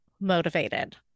motivated